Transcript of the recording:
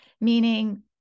meaning